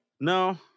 no